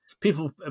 people